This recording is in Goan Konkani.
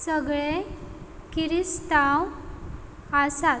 सगळे किरिस्तांव आसात